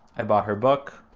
i bought her book